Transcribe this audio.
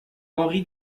henri